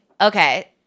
okay